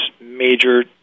major